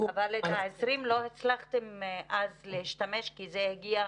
אבל ב-20 מיליון שקלים לא הצלחתם להשתמש כי הם הגיעו